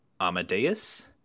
Amadeus